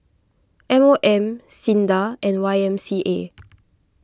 M O M Sinda and Y M C A